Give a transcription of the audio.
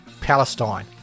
Palestine